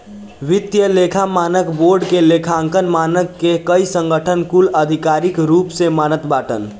वित्तीय लेखा मानक बोर्ड के लेखांकन मानक के कई संगठन कुल आधिकारिक रूप से मानत बाटन